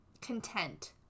content